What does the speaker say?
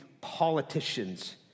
politicians